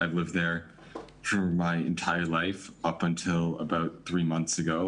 חייתי שם כל חיי עד לפני שלושה חודשים,